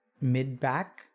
mid-back